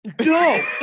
No